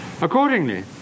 Accordingly